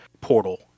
portal